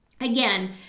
Again